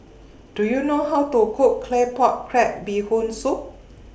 Do YOU know How to Cook Claypot Crab Bee Hoon Soup